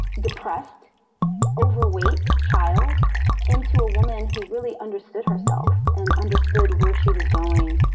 depressed overweight child into a woman who really understood herself and understood where she was going,